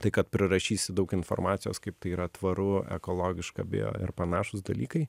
tai kad prirašysi daug informacijos kaip tai yra tvaru ekologiška bio ir panašūs dalykai